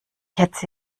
hetze